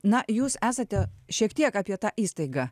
na jūs esate šiek tiek apie tą įstaigą